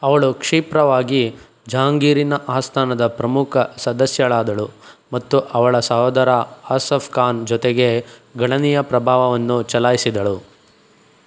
ಅವಳು ಕ್ಷಿಪ್ರವಾಗಿ ಜಹಾಂಗೀರಿನ ಆಸ್ಥಾನದ ಪ್ರಮುಖ ಸದಸ್ಯಳಾದಳು ಮತ್ತು ಅವಳ ಸಹೋದರ ಆಸಫ್ ಖಾನ್ ಜೊತೆಗೆ ಗಣನೀಯ ಪ್ರಭಾವವನ್ನು ಚಲಾಯಿಸಿದಳು